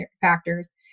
factors